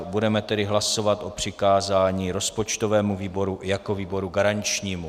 Budeme tedy hlasovat o přikázání rozpočtovému výboru jako výboru garančnímu.